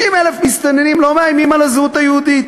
50,000 מסתננים לא מאיימים על הזהות היהודית,